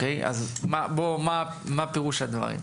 מה פירוש הדברים?